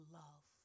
love